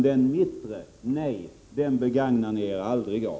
Den mittersta, nej-knappen, begagnar ni er aldrig av.